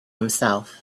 himself